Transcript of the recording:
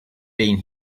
been